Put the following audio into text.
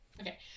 Okay